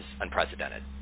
unprecedented